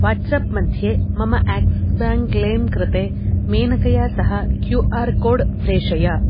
WhatsApp मध्ये मम Axis bank लैं कृते मेनकया सह क्यू आर् कोड् प्रेषय